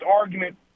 argument